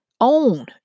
Own